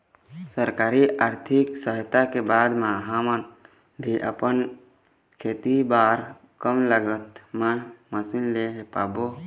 सरकारी आरथिक सहायता के बाद मा हम भी आपमन खेती बार कम लागत मा मशीन ले पाबो?